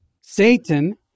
Satan